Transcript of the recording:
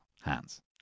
hands